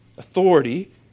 Authority